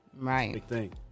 Right